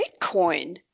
Bitcoin